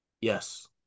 Yes